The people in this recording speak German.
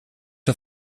der